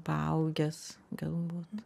paaugęs galbūt